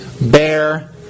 bear